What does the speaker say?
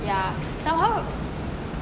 ya somehow